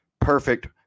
perfect